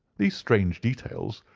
these strange details,